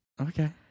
okay